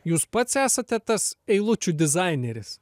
jūs pats esate tas eilučių dizaineris